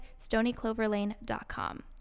stonycloverlane.com